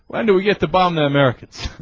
when do we get the bomber americans